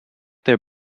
their